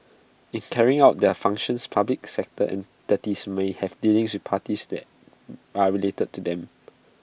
in carrying out their functions public sector entities may have dealings with parties that are related to them